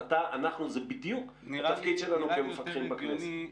זה בדיוק התפקיד שלנו, כמפקחים בכנסת.